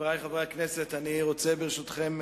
חברי חברי הכנסת, ברשותכם,